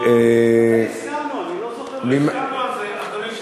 אני לא זוכר שהסכמנו על זה, אדוני היושב-ראש.